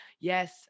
Yes